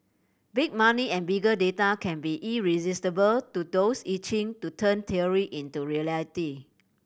big money and bigger data can be irresistible to those itching to turn theory into reality